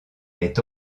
est